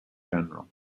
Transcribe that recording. general